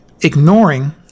ignoring